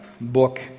book